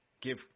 give